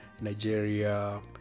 nigeria